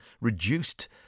reduced